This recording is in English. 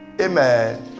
Amen